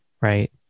right